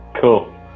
Cool